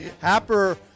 Happer